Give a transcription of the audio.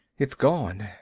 it's gone,